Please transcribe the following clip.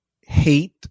hate